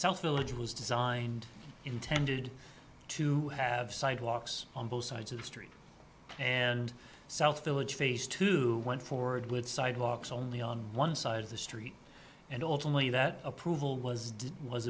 knowledge was designed intended to have sidewalks on both sides of the street and south village face to went forward with sidewalks only on one side of the street and ultimately that approval was was